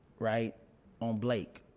right on blake.